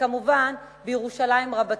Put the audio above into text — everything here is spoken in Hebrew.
וכמובן בירושלים רבתי.